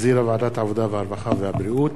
עברה בקריאה